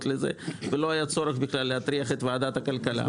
לזה בכלל ולא היה צורך להטריח את ועדת הכלכלה.